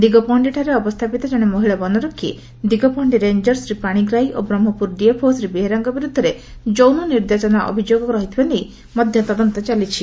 ଦିଗପହ ଅବସ୍ସାପିତ କଣେ ମହିଳା ବନରକ୍ଷୀ ଦିଗପହଖି ରେଞ୍ଚର ଶ୍ରୀ ପାଣିଗ୍ରାହୀ ଓ ବ୍ରହ୍କପୁର ଡିଏଫ୍ଓ ଶ୍ରୀ ବେହେରାଙ୍କ ବିରୁଦ୍ଧରେ ଯୌନ ନିର୍ଯାତନା ଅଭିଯୋଗ ରହିଥିବା ନେଇ ମଧ୍ୟ ତଦନ୍ତ ଚାଲିଛି